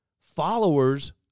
followers